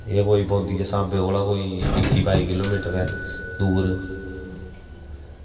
एह् कोई पौंदी ऐ सांबे कोला इक्की बाई किलोमीटर पूरे